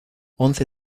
once